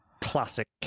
classic